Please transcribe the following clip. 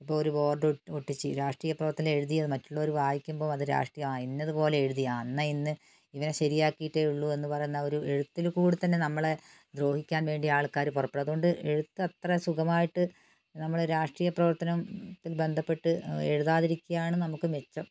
ഇപ്പോൾ ഒരു ബോർഡും ഒട്ടിച്ച് രാഷ്ട്രീയപ്രവർത്തനം എഴുതിയത് മറ്റുള്ളവര് വായിക്കുമ്പോൾ അത് രാഷ്ട്രീയം അ ഇന്ന് അതു പോലെ എഴുതിയാൽ ആ എന്നാൽ ഇന്ന് ഇവനെ ശരി ആക്കിയിട്ടേ ഉള്ളു എന്ന് പറയുന്ന ഒരു എഴുത്തില് കൂടെത്തന്നെ നമ്മളെ ദ്രോഹിക്കാൻ വേണ്ടി ആൾക്കാര് പുറപ്പെടും അതുകൊണ്ട് എഴുത്ത് അത്ര സുഖമായിട്ട് നമ്മള് രാഷ്ട്രീയപ്രവർത്തനം ആയി ബന്ധപ്പെട്ട് എഴുതാതെ ഇരിക്കുകയാണ് നമുക്ക് മെച്ചം